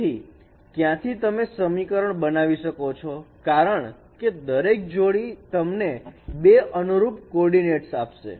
તેથી ક્યાંથી તમે સમીકરણ બનાવી શકો છો કારણકે દરેક જોડી તમને બે અનુરૂપ કોઓર્ડિનેટ્સ આપશે